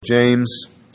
James